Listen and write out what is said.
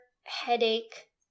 headache